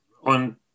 Und